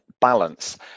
balance